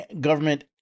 government